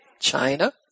China